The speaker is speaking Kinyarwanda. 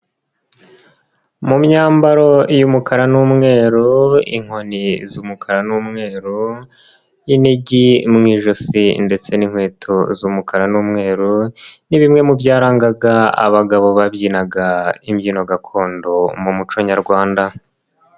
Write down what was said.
Mu myambaro y'umukara n'umweru inkoni z'umukara n'umweru, inigi mu ijosi ndetse n'inkweto z'umukara n'umweru, ni bimwe mu byarangaga abagabo babyinaga imbyino gakondo mu muco nyarwanda.